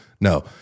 No